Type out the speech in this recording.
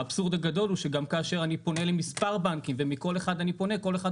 האבסורד הגדול הוא שגם כאשר אני פונה למספר בנקים כל אחד מוציא